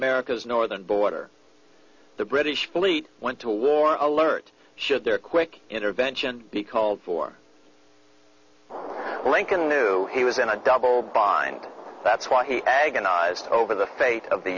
america's northern border the british fleet went to war alert should there quick intervention be called for lincoln knew he was in a double bind that's why he agonized over the fate of the